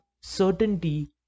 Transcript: certainty